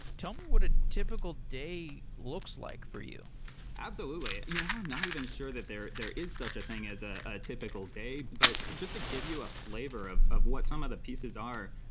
tell me what a typical day looks like for you absolutely. you know i'm not even sure that there there is such a thing as a a typical day, but just to give you a flavor of of what some of the pieces are.